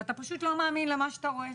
ואתה פשוט לא מאמין למה שאתה רואה.